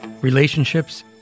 relationships